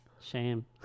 Shame